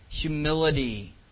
humility